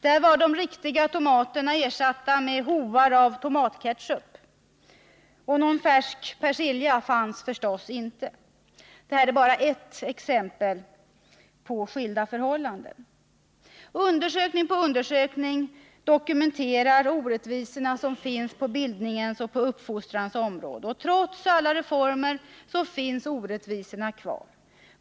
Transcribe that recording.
Där var de riktiga tomaterna ersatta med hoar av tomatketchup, och någon färsk persilja fanns det förstås inte. — Detta är bara ett exempel på skilda förhållanden. Undersökning på undersökning dokumenterar de orättvisor som finns på bildningens och uppfostrans område. Trots alla reformer finns orättvisorna kvar.